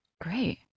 Great